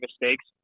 mistakes